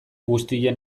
guztien